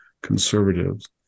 conservatives